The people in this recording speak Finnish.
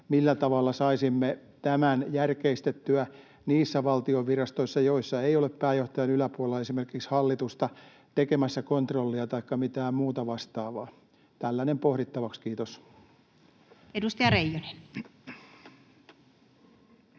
millä tavalla saisimme tämän järkeistettyä niissä valtion virastoissa, joissa ei ole pääjohtajan yläpuolella esimerkiksi hallitusta tekemässä kontrollia taikka mitään muuta vastaavaa. Tällainen pohdittavaksi, kiitos. [Speech